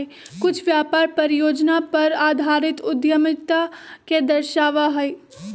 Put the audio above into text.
कुछ व्यापार परियोजना पर आधारित उद्यमिता के दर्शावा हई